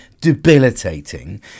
debilitating